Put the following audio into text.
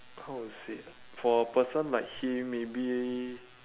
how to say for a person like him maybe